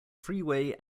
freeway